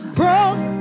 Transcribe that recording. broke